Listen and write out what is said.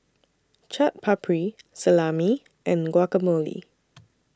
Chaat Papri Salami and Guacamole